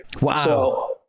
Wow